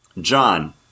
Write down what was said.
John